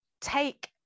take